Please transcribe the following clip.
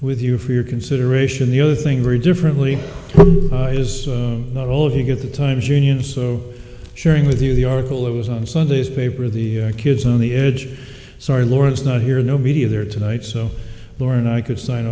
with you for your consideration the other thing very differently is not all of you get the times union so sharing with you the article is on sunday's paper the kids on the edge sorry lawrence not here no media there tonight so laura and i could sign